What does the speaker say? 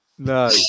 No